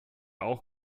auch